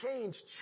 change